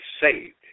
saved